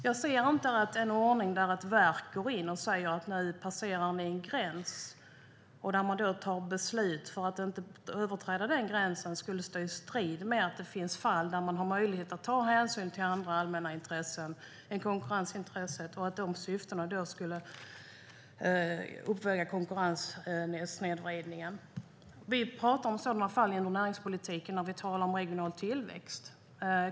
Jag ser inte att en ordning där ett verk går in och säger att nu passeras en gräns och att beslut fattas för att inte överträda den gränsen skulle stå i strid med att det finns fall där det finns möjlighet att ta hänsyn till andra allmänna intressen än konkurrensintresset och att de syftena då skulle uppväga konkurrenssnedvridningen. Sådana fall pratar vi om inom näringspolitiken och den regionala tillväxten.